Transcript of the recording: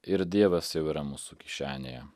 ir dievas jau yra mūsų kišenėje